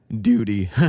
duty